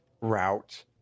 route